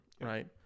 Right